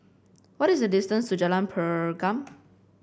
what is the distance to Jalan Pergam